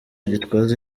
gitwaza